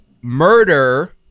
murder